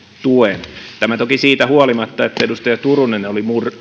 tuen siitä huolimatta että edustaja turunen oli